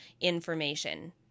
information